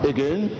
Again